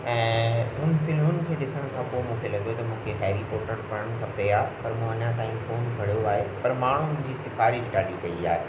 ऐं उन फिल्मुनि खे ॾिसण खां पोइ मूंखे लॻे थो मूंखे हैरी पोटर पढ़णु खपे आहे पर मां अञा ताईं कोन पढ़ियो आहे पर माण्हू मुंहिंजी सिफ़ारिश ॾाढी कई आहे